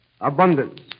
abundance